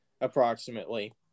approximately